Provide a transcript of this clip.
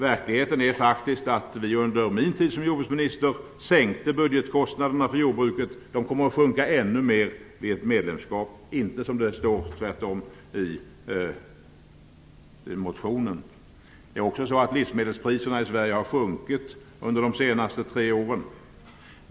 Verkligheten är faktiskt den att vi under min tid som jordbruksminister sänkte budgetkostnaderna för jordbruket. De kommer att sjunka ännu mer vid ett medlemskap och inte tvärtom, som det står i motionen. Det är också så att livsmedelspriserna i Sverige har sjunkit under de senaste tre åren.